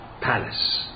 palace